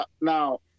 now